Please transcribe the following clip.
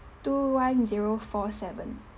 two one zero four seven